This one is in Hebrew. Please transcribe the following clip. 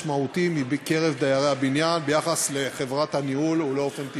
משמעותי מקרב דיירי הבניין ביחס לחברת הניהול ואופן תפקודה.